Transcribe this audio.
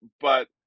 But-